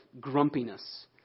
grumpiness